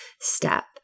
step